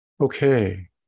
Okay